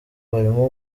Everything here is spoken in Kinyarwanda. barimo